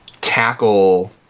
tackle